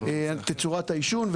על תצורת העישון.